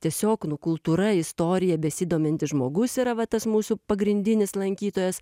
tiesiog nu kultūra istorija besidomintis žmogus yra va tas mūsų pagrindinis lankytojas